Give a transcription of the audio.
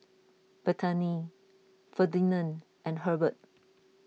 Bethany Ferdinand and Hurbert